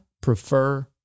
prefer